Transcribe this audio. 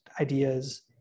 ideas